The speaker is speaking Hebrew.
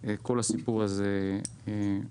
וכל הסיפור הזה עובד.